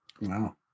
Wow